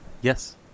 Yes